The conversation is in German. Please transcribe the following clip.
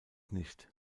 nicht